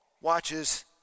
watches